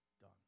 done